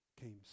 came